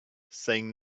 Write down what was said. saying